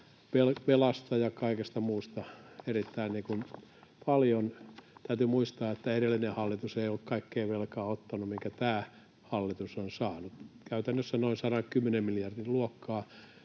velasta ja kaikesta muusta erittäin paljon. Täytyy muistaa, että edellinen hallitus ei ole kaikkea sitä velkaa ottanut, minkä tämä hallitus on saanut. Käytännössä noin 110 miljardin luokkaa